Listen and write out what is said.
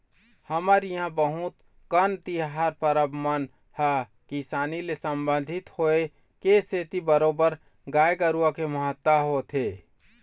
हमर इहाँ बहुत कन तिहार परब मन ह किसानी ले संबंधित होय के सेती बरोबर गाय गरुवा के महत्ता होथे